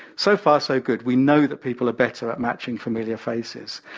so far so good, we know that people are better at matching familiar faces.